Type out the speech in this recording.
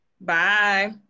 Bye